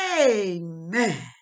Amen